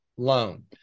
loan